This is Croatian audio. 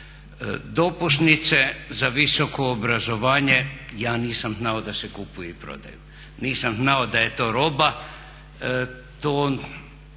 Dopusnice za visokoobrazovane ja nisam znao da se kupuju i prodaju, nisam znao da je to roba,